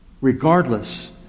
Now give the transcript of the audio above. regardless